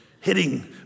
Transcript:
hitting